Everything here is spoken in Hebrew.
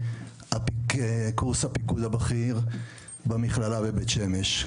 קורס הפיקוד הבכיר במכללה בבית שמש.